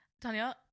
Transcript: Tanya